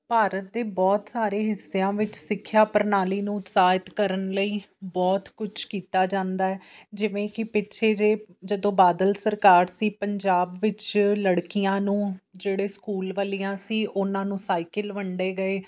ਭਾਰਤ ਦੇ ਬਹੁਤ ਸਾਰੇ ਹਿੱਸਿਆਂ ਵਿੱਚ ਸਿੱਖਿਆ ਪ੍ਰਣਾਲੀ ਨੂੰ ਉਤਸ਼ਾਹਿਤ ਕਰਨ ਲਈ ਬਹੁਤ ਕੁਛ ਕੀਤਾ ਜਾਂਦਾ ਹੈ ਜਿਵੇਂ ਕਿ ਪਿੱਛੇ ਜਿਹੇ ਜਦੋਂ ਬਾਦਲ ਸਰਕਾਰ ਸੀ ਪੰਜਾਬ ਵਿੱਚ ਲੜਕੀਆਂ ਨੂੰ ਜਿਹੜੇ ਸਕੂਲ ਵਾਲੀਆਂ ਸੀ ਉਹਨਾਂ ਨੂੰ ਸਾਈਕਲ ਵੰਡੇ ਗਏ